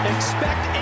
Expect